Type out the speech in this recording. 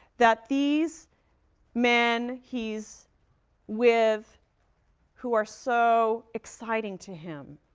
that these men he's with who are so exciting to him